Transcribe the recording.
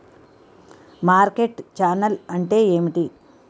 Market channel అంటే ఏమిటి?